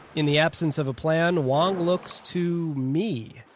in the absence of a plan, wang looks to me.